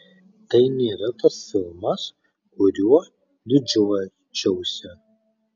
tai nėra tas filmas kuriuo didžiuočiausi